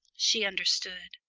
she understood.